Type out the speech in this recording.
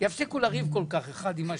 ויפסיקו לריב כל כך אחד עם השני.